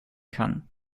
kann